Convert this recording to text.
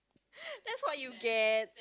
that's what you get